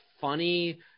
funny